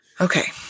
Okay